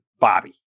Bobby